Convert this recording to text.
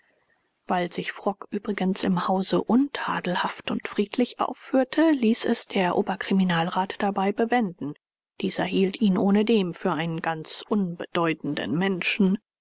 weil sich frock übrigens im hause untadelhaft und friedlich aufführte ließ es der oberkriminalrat dabei bewenden dieser hielt ihn ohnedem für einen ganz unbedeutenden menschen